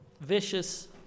vicious